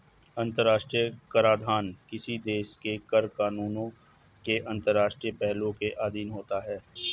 अंतर्राष्ट्रीय कराधान किसी देश के कर कानूनों के अंतर्राष्ट्रीय पहलुओं के अधीन होता है